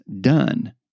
done